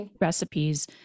recipes